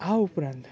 આ ઉપરાંત